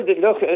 look